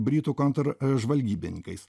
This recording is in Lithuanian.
britų kontržvalgybininkais